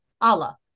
Allah